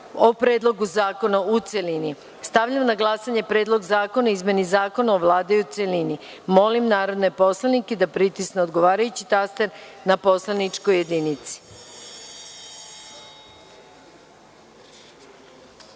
o Predlogu zakona u celini. Stavljam na glasanje Predlog zakona o izmeni Zakona o Vladi u celini. Molim narodne poslanike da pritisnu odgovarajući taster na poslaničkoj